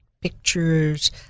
pictures